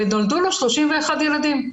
ונולדו לו 31 ילדים.